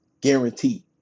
Guaranteed